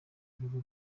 bigwi